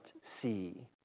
see